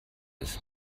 ist